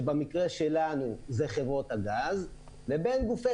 שבמקרה שלנו זה חברות הגז לבין גופי